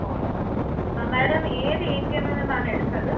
four ആ madam ഏത് A T എമ്മിൽ നിന്നാണ് എടുത്തത്